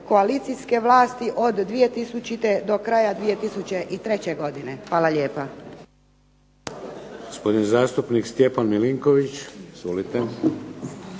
koalicijske vlasti od 2000 do kraja 2003. godine. Hvala lijepa.